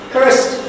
Cursed